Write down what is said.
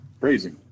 crazy